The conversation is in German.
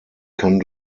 kann